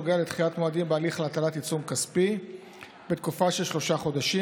נוגע לדחיית מועדים בהליך להטלת עיצום כספי בתקופה של שלושה חודשים.